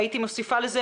והייתי מוסיפה לזה,